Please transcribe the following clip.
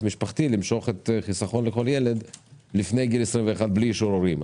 משפחתי למשוך את חיסכון לכל ילד לפני גיל 21 בלי אישור הורים.